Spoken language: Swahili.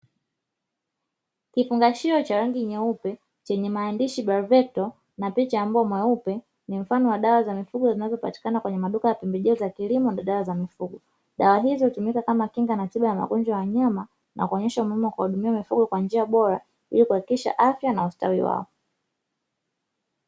Kifungashio cha rangi nyeupe chenye maandishi ''BRAVECTO'' na picha ya mbwa mweupe ni mfano wa dawa za mifugo zinazopatikana kwenye maduka ya pembejeo za kilimo na dawa za mifugo, dawa hizi hutumika kama kinga na tiba ya magonjwa ya wanyama na kuonesha umuhimu wa kuwahudumia mifugo kwa njia bora ili kuhakikisha afya na ustawi wao.